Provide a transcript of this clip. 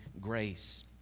grace